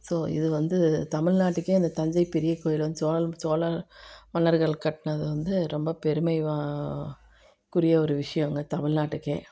so இது வந்து தமிழ்நாட்டுக்கே அந்த தஞ்சை பெரிய கோயில் வந்து சோழ சோழ மன்னர்கள் கட்டினது வந்து ரொம்ப பெருமை வா குரிய ஒரு விஷயம்ங்க தமிழ்நாட்டுக்கே